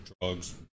drugs